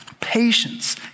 patience